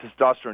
testosterone